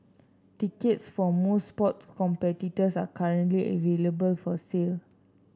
tickets for most sports competitors are currently available for sale